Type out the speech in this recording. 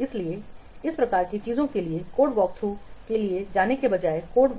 इसलिए इस प्रकार की चीजों के लिए इस कोड वॉकथ्रू के लिए जाने के बजाय कोड